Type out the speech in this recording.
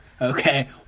okay